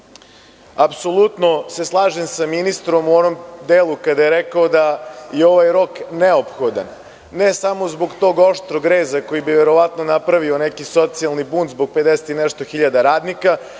se slažem sa ministrom u onom delu kada je rekao da je ovaj rok neophodan, ne samo zbog tog oštrog reza koji bi verovatno napravio neki socijalni bunt zbog 50 i nešto hiljada radnika,